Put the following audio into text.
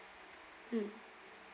mm